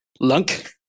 Lunk